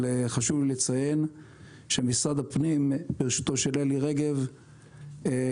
אבל חשוב לי לציין שמשרד הפנים בראשותו של אלי רגב התנדב